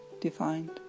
defined